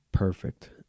perfect